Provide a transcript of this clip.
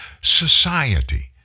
society